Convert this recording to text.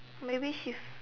maybe she